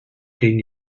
gegen